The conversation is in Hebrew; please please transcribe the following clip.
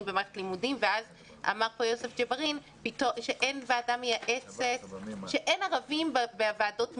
במערכת הלימודים ואז אמר פה יוסף ג'בארין שאין ערבים בוועדות מקצוע.